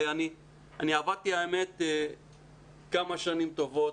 אני עבדתי כמה שנים טובות,